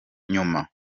nyuma